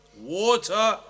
water